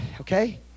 okay